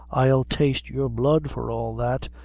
i'll taste your blood for all that!